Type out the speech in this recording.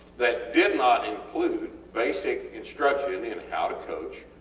that did not include basic instruction in how to coach